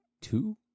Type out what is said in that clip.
two